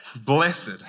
Blessed